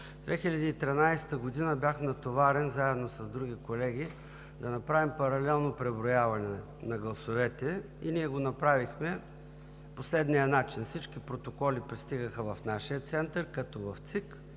2013 г. бях натоварен заедно с други колеги да направим паралелно преброяване на гласовете и ние го направихме по следния начин: всички протоколи пристигаха в нашия център като в ЦИК,